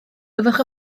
byddwch